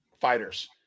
fighters